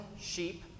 sheep